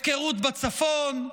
הפקרות בצפון,